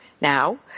now